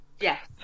Yes